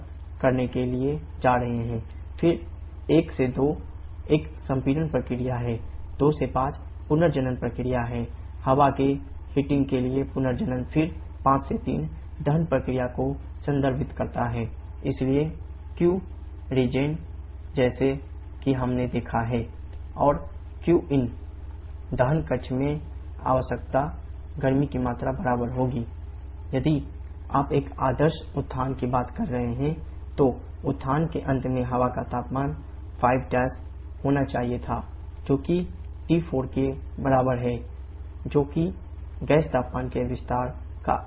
इसलिए qregen जैसा कि हमने देखा है 𝑞𝑟𝑒𝑔𝑒𝑛 𝑚𝑎𝑐𝑝𝑎 और qin दहन कक्ष में आवश्यक गर्मी की मात्रा बराबर होगी 𝑞𝑖𝑛 𝑚𝑎𝑐𝑝𝑎 यदि आप एक आदर्श उत्थान की बात कर रहे हैं तो उत्थान के अंत में हवा का तापमान 5 होना चाहिए था जो कि T4 के बराबर है जो कि गैस तापमान के विस्तार का अंत है